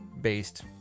based